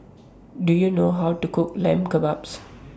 Do YOU know How to Cook Lamb Kebabs